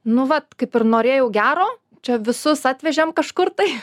nu vat kaip ir norėjau gero čia visus atvežėm kažkur tai